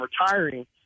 retiring